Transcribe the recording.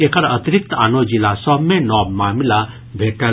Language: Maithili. एकर अतिरिक्त आनो जिला सभ मे नव मामिला भेटल